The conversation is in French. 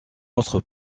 autre